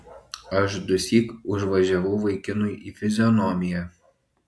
aš dusyk užvažiavau vaikinui į fizionomiją